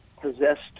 possessed